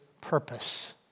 purpose